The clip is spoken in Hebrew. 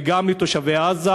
וגם לתושבי עזה,